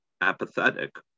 apathetic